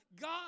God